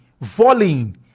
volleying